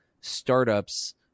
startups